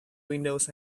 windows